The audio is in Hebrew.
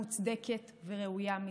מוצדקת וראויה מזו.